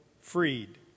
freed